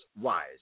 wise